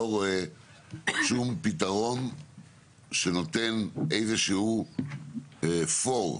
לא רואה שום פתרון שנותן איזשהו "פור".